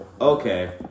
Okay